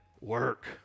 work